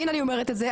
והנה אני אומרת את זה,